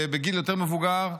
בגיל יותר מבוגר,